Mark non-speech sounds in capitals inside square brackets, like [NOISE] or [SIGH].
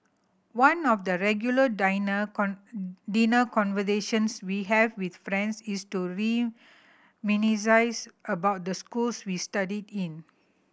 one of the regular [UNINTELLIGIBLE] dinner conversations we have with friends is to reminisce about the schools we studied in